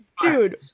dude